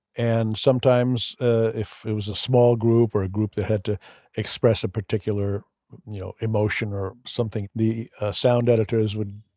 and sometimes if it was a small group or a group that had to express a particular you know emotion or something, the sound editors would